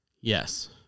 yes